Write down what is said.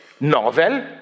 novel